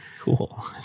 cool